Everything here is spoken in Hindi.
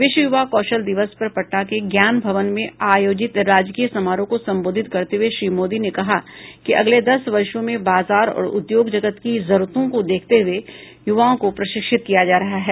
विश्व युवा कौशल दिवस पर पटना के ज्ञानभवन में आयोजित राजकीय समारोह को सम्बोधित करते हुए श्री मोदी ने कहा कि अगले दस वर्षो में बाजार और उद्योग जगत की जरूरतों को देखते हुए युवाओं को प्रशिक्षित किया जा रहा है